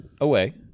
away